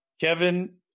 kevin